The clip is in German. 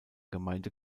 gemeinde